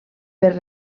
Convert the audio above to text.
per